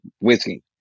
whiskey